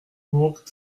bourg